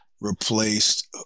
replaced